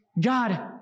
God